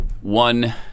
One